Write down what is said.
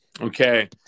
okay